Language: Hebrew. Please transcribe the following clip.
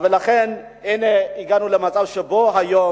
לכן הגענו למצב שבו היום,